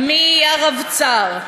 מהרבצ"ר,